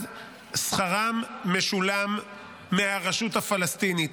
אז שכרם משולם מהרשות הפלסטינית.